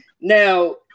Now